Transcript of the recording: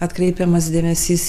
atkreipiamas dėmesys